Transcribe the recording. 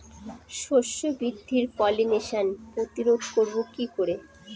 শস্য বৃদ্ধির পলিনেশান প্রতিরোধ করব কি করে?